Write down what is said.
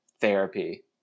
therapy